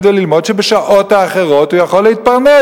וללמוד שבשעות האחרות הוא יכול להתפרנס?